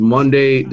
Monday